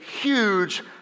huge